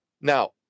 Now